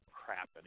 crap